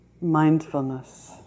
mindfulness